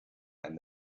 and